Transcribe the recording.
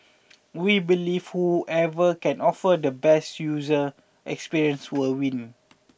we believe whoever can offer the best user experience will win